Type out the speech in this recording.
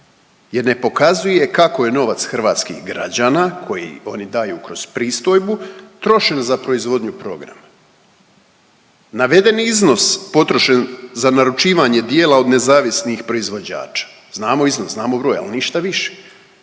Jer ne pokazuje kako je novac hrvatskih građana koji oni daju kroz pristojbu trošen za proizvodnju programa. Navedeni iznos potrošen za naručivanje dijela od nezavisnih proizvođača, znamo iznos, znamo broj, ali ništa više.